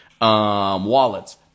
wallets